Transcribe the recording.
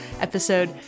episode